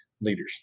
leaders